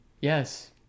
Yes